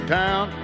town